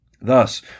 Thus